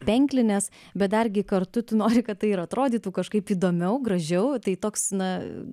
penklines bet dargi kartu tu nori kad tai ir atrodytų kažkaip įdomiau gražiau tai toks na